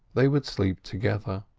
they would sleep together.